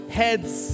heads